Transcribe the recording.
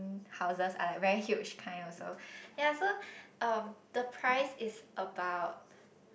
houses are like very huge kind also ya so um the price is about